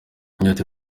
yagize